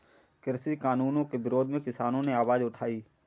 कृषि कानूनों के विरोध में किसानों ने आवाज उठाई